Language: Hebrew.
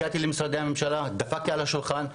הגעתי למשרדי הממשלה, דפקתי על השולחן,